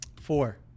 Four